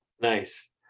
Nice